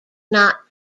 not